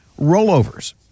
rollovers